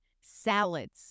salads